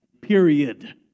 period